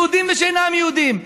יהודים ושאינם יהודים,